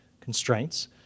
constraints